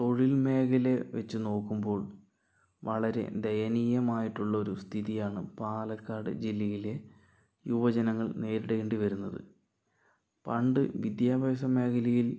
തൊഴിൽ മേഖലയെ വെച്ച് നോക്കുമ്പോൾ വളരെ ദയനീയമായിട്ടുള്ള ഒരു സ്ഥിതിയാണ് പാലക്കാട് ജില്ലയില് യുവജങ്ങൾ നേരിടേണ്ടി വരുന്നത് പണ്ട് വിദ്യാഭ്യാസ മേഖലയിൽ